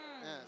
Yes